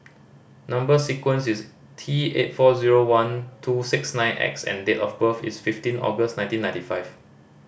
number sequence is T eight four zero one two six nine X and date of birth is fifteen August nineteen ninety five